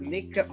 Nick